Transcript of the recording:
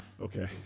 okay